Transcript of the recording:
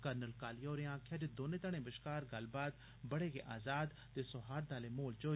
colonel Kalia होरें आक्खेआ जे दौने घड़ें बश्कार गल्लबात बड़े गै अजाद ते सौहार्द आले माहौल च होई